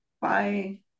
Bye